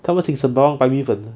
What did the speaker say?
他们请 sembawang 白米粉